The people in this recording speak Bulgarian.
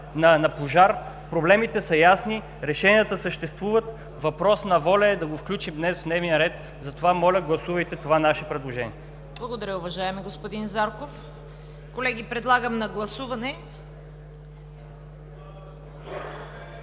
на пожар. Проблемите са ясни, решенията съществуват, въпрос на воля е да го включим днес в дневния ред. Затова моля, гласувайте това наше предложение. ПРЕДСЕДАТЕЛ ЦВЕТА КАРАЯНЧЕВА: Благодаря Ви, уважаеми господин Зарков. Колеги, подлагам на гласуване…